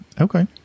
Okay